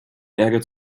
ärger